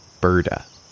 Birda